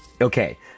okay